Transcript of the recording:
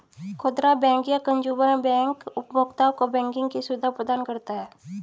खुदरा बैंक या consumer bank उपभोक्ताओं को बैंकिंग की सुविधा प्रदान करता है